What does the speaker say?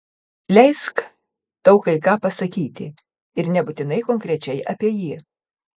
leisk tau kai ką pasakyti ir nebūtinai konkrečiai apie jį